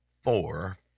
four